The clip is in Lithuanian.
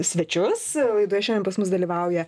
svečius laidoje šiandien pas mus dalyvauja